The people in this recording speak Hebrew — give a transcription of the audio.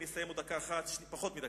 אני אסיים בעוד דקה אחת, פחות מדקה.